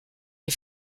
les